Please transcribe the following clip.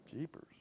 Jeepers